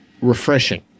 refreshing